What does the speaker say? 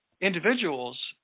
individuals